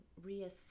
reassess